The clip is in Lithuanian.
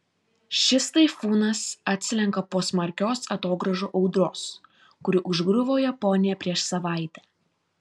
šis taifūnas atslenka po smarkios atogrąžų audros kuri užgriuvo japoniją prieš savaitę